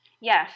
Yes